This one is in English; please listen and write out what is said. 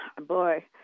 boy